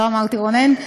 לא אמרתי רונן,